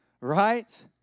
right